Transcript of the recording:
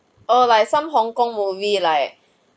err like some hong kong movie like